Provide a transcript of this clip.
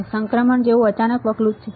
તે સંક્રમણ જેવું અચાનક પગલું છે